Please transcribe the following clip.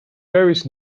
various